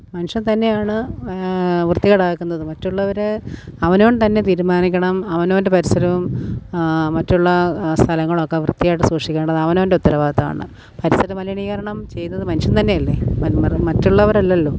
മനുഷ്യൻ തന്നെയാണ് വൃത്തികേടാക്കുന്നത് മറ്റുള്ളവരെ അവനവൻ തന്നെ തീരുമാനിക്കണം അവനവൻ്റെ പരിസരവും മറ്റുള്ള സ്ഥലങ്ങളൊക്കെ വൃത്തിയായിട്ട് സൂക്ഷിക്കേണ്ടത് അവനവൻ്റെ ഉത്തരവാദിത്ത്വമാണ് പരിസര മലിനീകരണം ചെയ്യുന്നത് മനുഷ്യൻ തന്നെ അല്ലെ മറ്റുള്ളവരല്ലല്ലോ